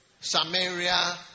Samaria